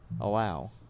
allow